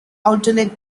alternate